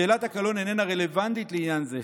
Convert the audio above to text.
"שאלת הקלון איננה רלוונטית לעניין זה.